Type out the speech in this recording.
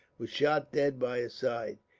were shot dead by his side.